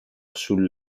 sul